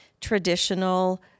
traditional